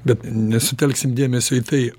bet nesutelksim dėmesio į tai